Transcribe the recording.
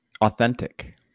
authentic